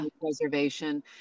preservation